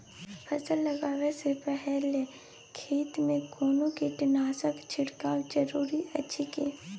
फसल लगबै से पहिने खेत मे कोनो कीटनासक छिरकाव जरूरी अछि की?